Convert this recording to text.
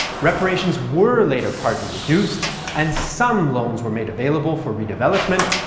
reparations were later partly reduced and some loans were made available for redevelopment,